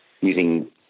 using